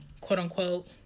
quote-unquote